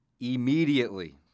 immediately